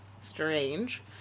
strange